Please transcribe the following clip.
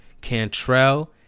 Cantrell